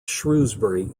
shrewsbury